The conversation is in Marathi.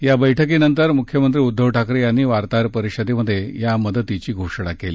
या बैठकीनंतर मुख्यमंत्री उद्दव ठाकरे यांनी वार्ताहर परिषदेत या मदतीची घोषणा केली